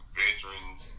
veterans